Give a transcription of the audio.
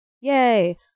Yay